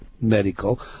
medical